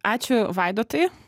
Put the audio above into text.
ačiū vaidotai